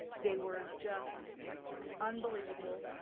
they were just unbelievable.